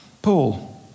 Paul